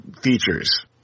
features